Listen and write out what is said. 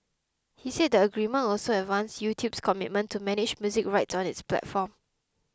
he said the agreement also advanced YouTube's commitment to manage music rights on its platform